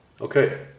okay